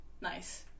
Nice